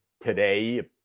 today